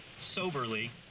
soberly